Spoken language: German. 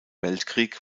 weltkrieg